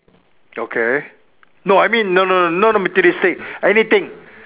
okay no I mean no no no not materialistic anything